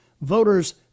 voters